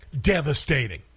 devastating